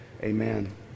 Amen